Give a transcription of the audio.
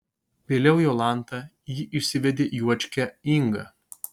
vėliau jolanta ji išsivedė juočkę ingą